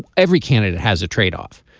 every candidate has a tradeoff.